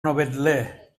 novetlè